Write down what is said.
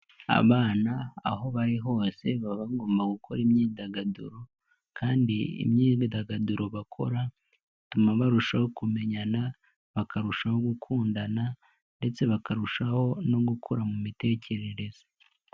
Abana aho bari hose baba bagomba gukora imyidagaduro kandi imyidagaduro bakora ituma barushaho kumenyana, bakarushaho gukundana ndetse bakarushaho no gukura mu mitekerereze.